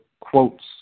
quotes